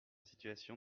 situation